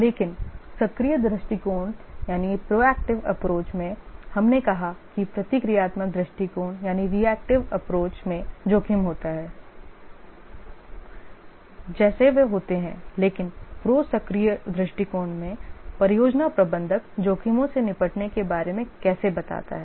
लेकिन सक्रिय दृष्टिकोण में हमने कहा कि प्रतिक्रियात्मक दृष्टिकोण में जोखिम होता है जैसे वे होते हैं लेकिन प्रो सक्रिय दृष्टिकोण में परियोजना प्रबंधक जोखिमों से निपटने के बारे में कैसे बताता है